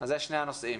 אז זה שני הנושאים.